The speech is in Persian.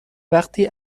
وقتی